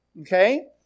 Okay